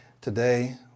Today